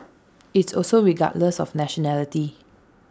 it's also regardless of nationality